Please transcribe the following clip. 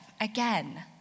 again